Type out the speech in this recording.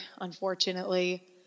Unfortunately